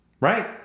right